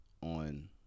on